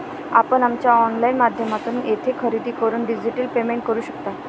आपण आमच्या ऑनलाइन माध्यमातून येथे खरेदी करून डिजिटल पेमेंट करू शकता